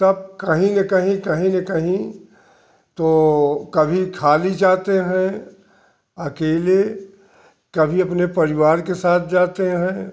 तब कहीं न कहीं कहीं न कहीं तो कभी खाली जाते हैं अकेले कभी अपने परिवार के साथ जाते हैं